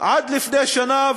ועד לפני שנה,